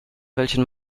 welchen